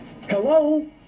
Hello